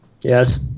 Yes